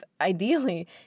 ideally